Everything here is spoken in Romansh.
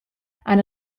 han